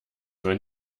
wenn